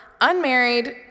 unmarried